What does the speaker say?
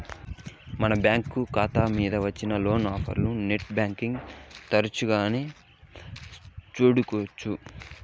మన బ్యాంకు కాతా మింద వచ్చిన లోను ఆఫర్లనీ నెట్ బ్యాంటింగ్ తెరచగానే సూడొచ్చు